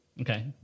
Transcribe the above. Okay